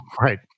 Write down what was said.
Right